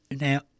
Now